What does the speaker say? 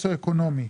הסוציואקונומי,